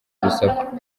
urusaku